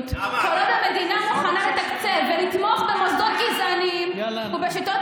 שורשית ומבנית באמצעות מדיניות.